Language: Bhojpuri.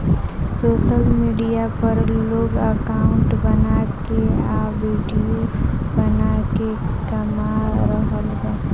सोशल मीडिया पर लोग अकाउंट बना के आ विडिओ बना के कमा रहल बा